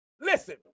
Listen